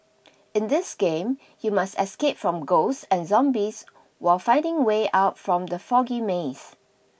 in this game you must escape from ghosts and zombies while finding way out from the foggy maze